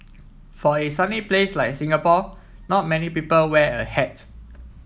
for a sunny place like Singapore not many people wear a hat